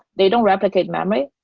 they don't replicate memory.